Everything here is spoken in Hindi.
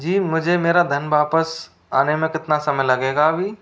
जी मुझे मेरा धन वापस आने में कितना समय लगेगा अभी